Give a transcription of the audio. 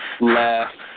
left